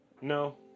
No